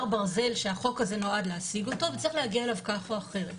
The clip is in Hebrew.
ברזל שהחוק הזה נועד להשיג אותו וצריך להגיע אליו כך או אחרת.